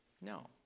No